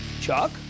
Chuck